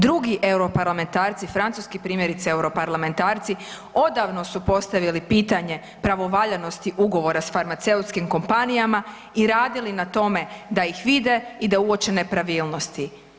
Drugi europarlamentarci Francuski primjerice europarlamentarci odavno su postavili pitanje pravovaljanosti ugovora s farmaceutskim kompanijama i radili na tome da ih vide i da uoče nepravilnosti.